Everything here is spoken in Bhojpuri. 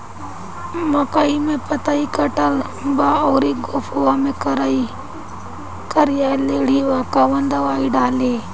मकई में पतयी कटल बा अउरी गोफवा मैं करिया करिया लेढ़ी बा कवन दवाई डाली?